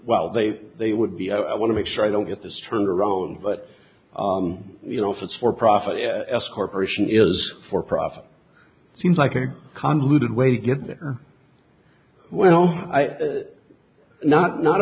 well they they would be i want to make sure i don't get the strewn around but you know if it's for profit s corporation is for profit seems like a convoluted way to get there well not not